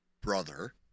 brother